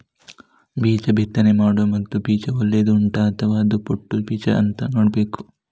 ಬೀಜ ಬಿತ್ತನೆ ಮಾಡುವ ಮೊದ್ಲು ಬೀಜ ಒಳ್ಳೆದು ಉಂಟಾ ಅಥವಾ ಅದು ಪೊಟ್ಟು ಬೀಜವಾ ಅಂತ ನೋಡ್ಬೇಕು